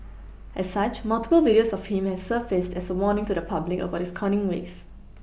as such multiple videos of him have surfaced as a warning to the public about his conning ways